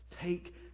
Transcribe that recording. Take